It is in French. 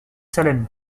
salem